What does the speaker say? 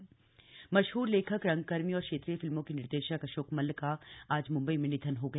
अशोक मल्ल मशहर लेखक रंगकर्मी और क्षेत्रीय फिल्मों के निर्देशक अशोक मल्ल का आज म्म्बई में निधन हो गया